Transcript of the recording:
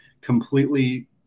completely